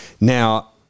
Now